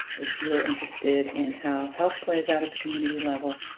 if you're interested in how health plays out at the community level,